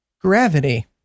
gravity